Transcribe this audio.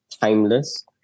timeless